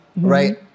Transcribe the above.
right